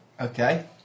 Okay